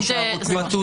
בתעודות נשאר --- בתעודה,